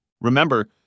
Remember